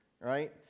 right